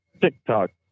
TikTok